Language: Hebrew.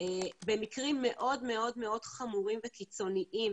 במקרים מאוד מאוד חמורים וקיצוניים,